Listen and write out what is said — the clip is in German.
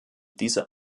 diese